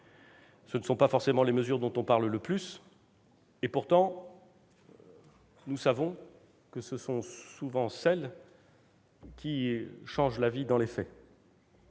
Ce ne sont pas forcément les mesures dont on parle le plus. Pourtant, nous savons que ce sont souvent celles qui changent la vie dans les faits